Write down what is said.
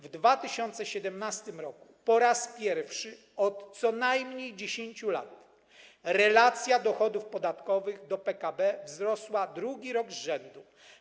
W 2017 r. po raz pierwszy od co najmniej 10 lat relacja dochodów podatkowych do PKB wzrosła drugi rok z rzędu.